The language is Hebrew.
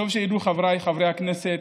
טוב שידעו חבריי חברי הכנסת: